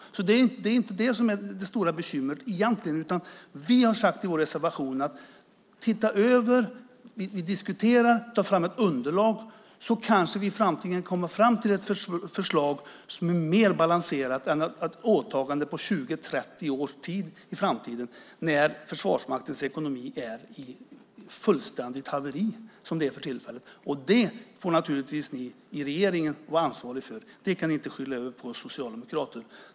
Det är egentligen inte det som är det stora bekymret. Vi har sagt i vår reservation: Titta över, diskutera och ta fram ett underlag så kanske vi i framtiden kommer fram till ett förslag som är mer balanserat än ett åtagande på 20-30 år till, när Försvarsmaktens ekonomi är i fullständigt haveri som den är för tillfället. Det får naturligtvis ni i regeringen vara ansvariga för. Det kan ni inte skylla på oss socialdemokrater.